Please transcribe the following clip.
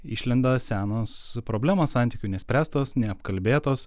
išlenda senos problemos santykių nespręstos neapkalbėtos